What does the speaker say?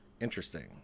Interesting